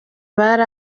bari